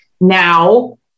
now